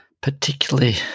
particularly